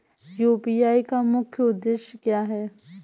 UPI का मुख्य उद्देश्य क्या है?